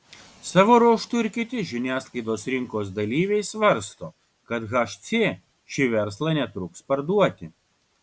savo ruožtu ir kiti žiniasklaidos rinkos dalyviai svarsto kad hc šį verslą netruks parduoti